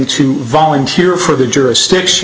to volunteer for the jurisdiction